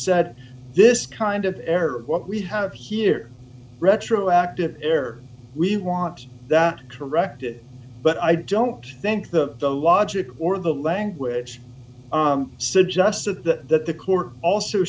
said this kind of error what we have here retroactive error we want that corrected but i don't think the the logic or the language suggests that the court also